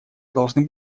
должны